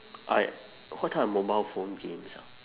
I what type of mobile phone games ah